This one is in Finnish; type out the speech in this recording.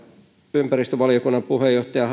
ympäristövaliokunnan puheenjohtaja